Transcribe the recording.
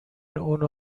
اینو